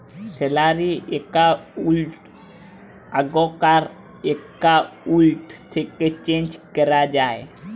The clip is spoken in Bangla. স্যালারি একাউল্ট আগ্কার একাউল্ট থ্যাকে চেঞ্জ ক্যরা যায়